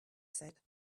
said